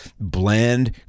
bland